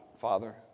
Father